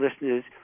listeners